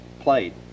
played